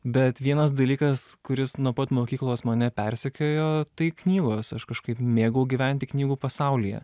bet vienas dalykas kuris nuo pat mokyklos mane persekiojo tai knygos aš kažkaip mėgau gyventi knygų pasaulyje